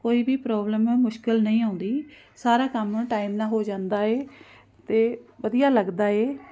ਕੋਈ ਵੀ ਪ੍ਰੋਬਲਮ ਮੁਸ਼ਕਿਲ ਨਹੀਂ ਆਉਂਦੀ ਸਾਰਾ ਕੰਮ ਟਾਈਮ ਨਾਲ ਹੋ ਜਾਂਦਾ ਹੈ ਅਤੇ ਵਧੀਆ ਲੱਗਦਾ ਹੈ